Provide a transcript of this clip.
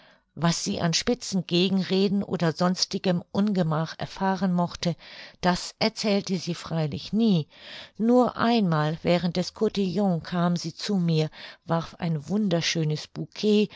was sie an spitzen gegenreden oder sonstigem ungemach erfahren mochte das erzählte sie freilich nie nur einmal während des cotillon kam sie zu mir warf ein wunderschönes